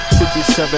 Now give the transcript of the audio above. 57